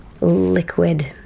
liquid